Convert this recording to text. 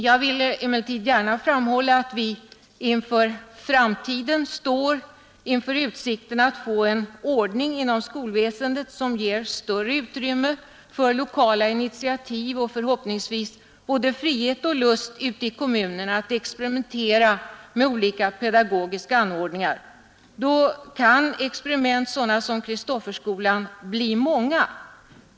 Jag vill emellertid gärna framhålla att vi står inför utsikten att få en ordning inom skolväsendet, som ger större utrymme för lokala initiativ och förhoppningsvis både frihet och lust ute i kommunerna att experimentera med olika pedagogiska anordningar. Då kan experiment sådana som Kristofferskolan bli många.